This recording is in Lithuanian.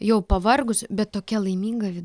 jau pavargus bet tokia laiminga viduj